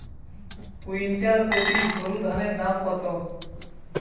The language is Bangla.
কুইন্টাল প্রতি সরুধানের দাম কত?